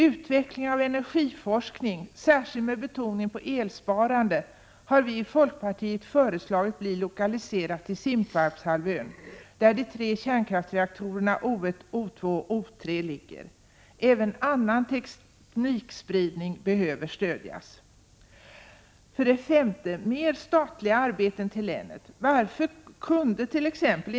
Utvecklingen av energiforskning, särskilt med betoning på elsparande, har vi i folkpartiet föreslagit bli lokaliserad till Simpvarpshalvön, där de tre kärnkraftsreaktorerna O 1,0 2 och O 3 ligger. Även annan teknikspridning behöver stödjas. 5. Merstatliga arbeten till länet. Varför kunde tt.ex.